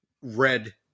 red